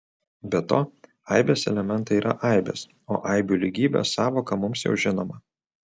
be to aibės elementai yra aibės o aibių lygybės sąvoka mums jau žinoma